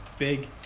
big